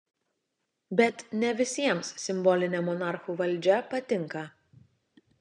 bet ne visiems simbolinė monarchų valdžia patinka